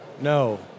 No